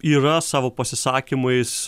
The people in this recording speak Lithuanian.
yra savo pasisakymais